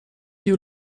you